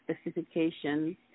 specifications